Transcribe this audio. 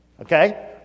Okay